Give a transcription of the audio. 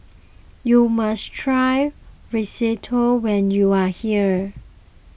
you must try Risotto when you are here